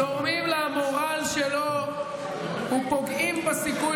מחזקים את סנוואר ותורמים למורל שלו ופוגעים בסיכוי